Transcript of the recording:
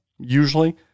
usually